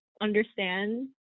understand